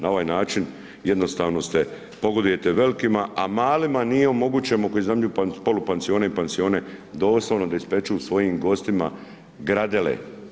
Na ovaj način jednostavno ste, pogodujete velikima, a malima nije omogućen koji iznajmljuju polupansione i pansione doslovno da ispeku svojim gostima gradele.